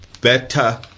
better